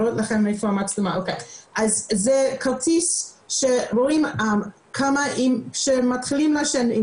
זה כרטיס ובו אפשר לראות מתי מתחילים לעשן,